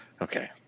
Okay